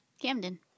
Camden